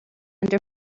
under